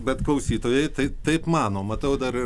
bet klausytojai tai taip mano matau dar ir